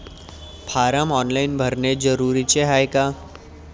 Form online भरने जरुरीचे हाय का?